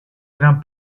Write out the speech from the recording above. gran